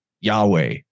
Yahweh